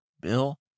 bill